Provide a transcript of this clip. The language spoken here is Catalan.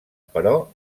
però